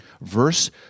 Verse